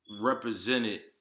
Represented